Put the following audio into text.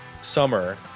summer